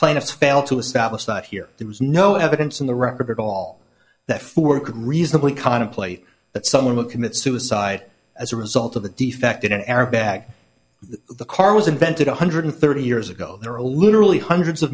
plaintiff failed to establish that here there was no evidence in the record at all that for could reasonably contemplate that someone would commit suicide as a result of the defect in an airbag the car was invented one hundred thirty years ago there are literally hundreds of